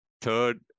Third